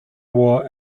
war